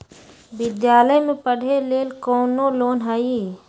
विद्यालय में पढ़े लेल कौनो लोन हई?